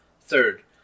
Third